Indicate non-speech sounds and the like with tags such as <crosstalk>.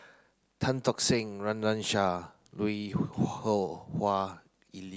Tan Tock Seng Run Run Shaw Lui <unintelligible> Wah